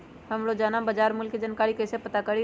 हम रोजाना बाजार मूल्य के जानकारी कईसे पता करी?